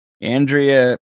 andrea